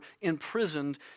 imprisoned